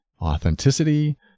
authenticity